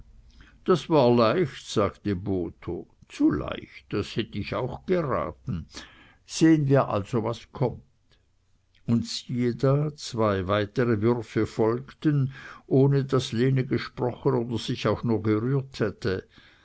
das war leicht sagte botho zu leicht das hätt ich auch geraten sehen wir also was kommt und siehe da zwei weitere würfe folgten ohne daß lene gesprochen oder sich auch nur gerührt hätte